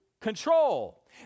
control